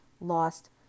lost